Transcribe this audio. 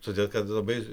todėl kad labai